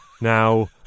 Now